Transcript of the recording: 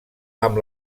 amb